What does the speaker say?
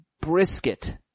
brisket